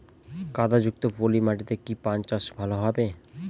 কাদা যুক্ত পলি মাটিতে কি পান চাষ ভালো হবে?